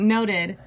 Noted